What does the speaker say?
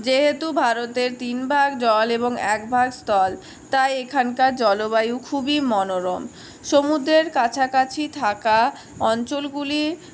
যেহেতু ভারতের তিন ভাগ জল এবং এক ভাগ স্থল তাই এখানকার জলবায়ু খুবই মনোরম সমুদ্রের কাছাকাছি থাকা অঞ্চলগুলি